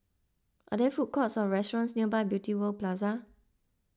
are there food courts or restaurants near Beauty World Plaza